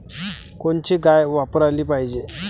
कोनची गाय वापराली पाहिजे?